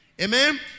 Amen